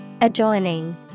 Adjoining